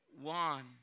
One